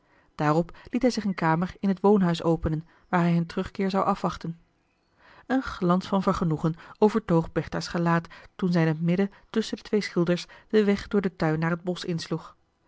liet hij zich een kamer in het woonhuis openen waar hij hun terugkeer zou afwachten een glans van vergenoegen overtoog bertha's gelaat toen zij in het midden tusschen de twee schilders den weg door den tuin naar het bosch insloeg